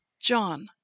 John